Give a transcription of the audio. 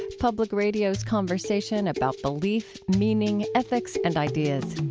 public radio's conversation about belief, meaning, ethics and ideas.